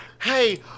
Hey